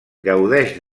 gaudeix